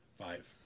Five